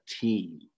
team